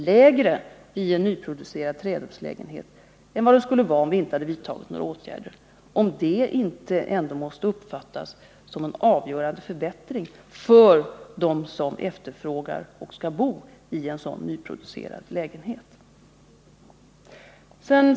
lägre i en nyproducerad trerumslägenhet än den skulle ha varit om vi inte hade vidtagit några åtgärder, ändå inte måste uppfattas som en avgörande förbättring för dem som efterfrågar och skall bo i en sådan nyproducerad lägenhet.